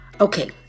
Okay